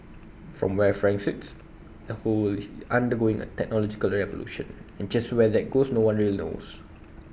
from where frank sits the world is undergoing A technological revolution and just where that goes no one really knows